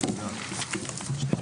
הישיבה ננעלה בשעה 10:43.